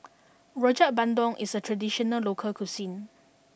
Rojak Bandung is a traditional local cuisine